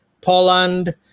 Poland